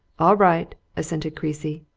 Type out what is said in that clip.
all right! assented creasy.